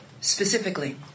Specifically